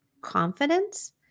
confidence